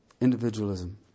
Individualism